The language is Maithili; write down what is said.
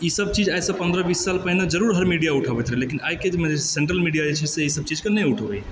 ईसब चीज आइ सॅं पन्द्रह बीस साल पहिने जरूर हर मीडिया उठाबैत रहै लेकिन आइ के जे सेंट्रल मीडिया छै से ईसब चीज के नहि उठबै यऽ